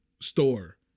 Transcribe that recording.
store